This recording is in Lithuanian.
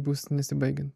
bus nesibaigianti